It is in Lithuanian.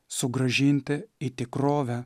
sugrąžinti į tikrovę